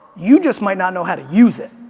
you just might not know how to use it.